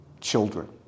children